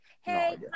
Hey